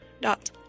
dot